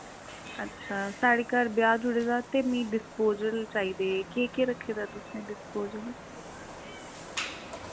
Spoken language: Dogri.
अच्छा साढ़े घर ब्याह् जुड़े दा ते मि डिस्पोजल चाहिदे केह् केह् रक्खे दा तुसैं डिस्पोजल